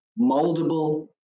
moldable